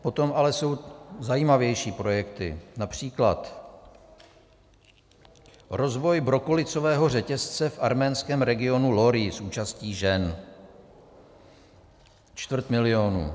Potom ale jsou zajímavější projekty, například: Rozvoj brokolicového řetězce v arménském regionu Lori s účastí žen čtvrt milionu.